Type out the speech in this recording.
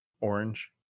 orange